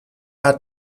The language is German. hat